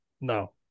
No